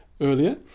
earlier